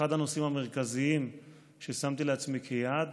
אחד הנושאים המרכזיים ששמתי לעצמי כיעד